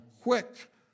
quick